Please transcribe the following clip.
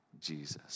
Jesus